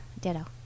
ditto